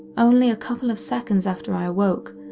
only a couple of seconds after i awoke,